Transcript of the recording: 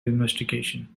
investigation